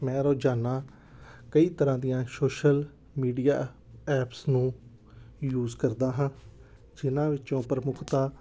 ਮੈਂ ਰੋਜ਼ਾਨਾ ਕਈ ਤਰ੍ਹਾਂ ਦੀਆਂ ਸੋਸ਼ਲ ਮੀਡੀਆ ਐਪਸ ਨੂੰ ਯੂਜ ਕਰਦਾ ਹਾਂ ਜਿਨ੍ਹਾਂ ਵਿੱਚੋਂ ਪ੍ਰਮੁੱਖਤਾ